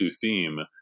theme